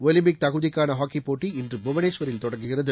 Olympic தகுதிக்கான hockey போட்டி இன்று புவனேஸ்வரில் தொடங்குகிறது